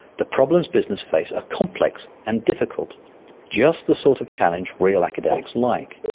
the problems business faces are complex and difficult just the sort of challenge real academics like.